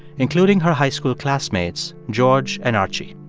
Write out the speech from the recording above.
including her high school classmates george and archie.